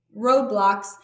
roadblocks